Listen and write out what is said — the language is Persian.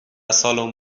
سالن